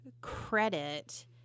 credit